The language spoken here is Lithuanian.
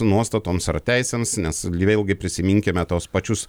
nuostatoms ar teisėms nes vėlgi prisiminkime tuos pačius